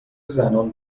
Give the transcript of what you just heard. زنان